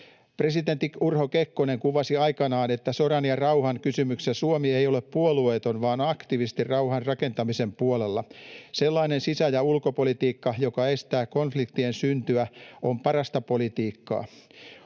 Presidentti Urho Kekkonen kuvasi aikanaan, että sodan ja rauhan kysymyksissä Suomi ei ole puolueeton vaan aktiivisesti rauhan rakentamisen puolella. Sellainen sisä- ja ulkopolitiikka, joka estää konfliktien syntyä, on parasta politiikkaa.